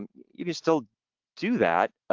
and you can still do that,